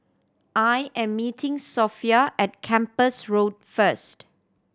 I am meeting Sophia at Kempas Road first